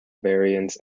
variants